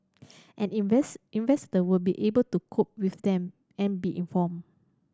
and investor will be able to cope with them and be informed